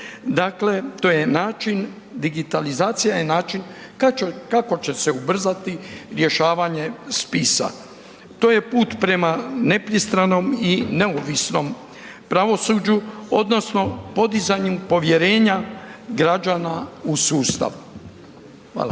dakle digitalizacija je način kako će se ubrzati rješavanje spisa. To je put prema nepristranom i neovisnom pravosuđu odnosno podizanju povjerenja građana u sustav. Hvala.